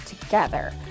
together